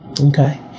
Okay